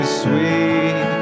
sweet